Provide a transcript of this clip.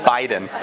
Biden